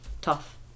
tough